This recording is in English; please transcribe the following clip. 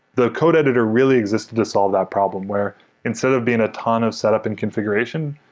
the code editor really existed to solve that problem, where instead of being a ton of setup and configuration,